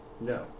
no